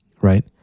Right